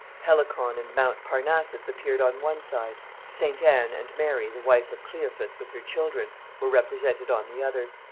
helicon and mount parnassus appeared on one side st. anne, and mary the wife of cleophas with her children, were represented on the other.